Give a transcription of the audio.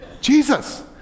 Jesus